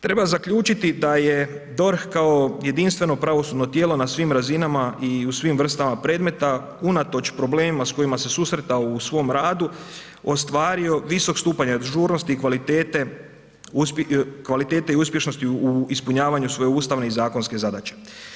Treba zaključiti da je DORH kao jedinstveno pravosudno tijelo na svim razinama i u svim vrstama predmeta unatoč problemima s kojima se susreta u svom radu, ostvario visok stupanj ažurnosti, kvalitete i uspješnosti u ispunjavanju svoje ustavne i zakonske zadaće.